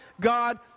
God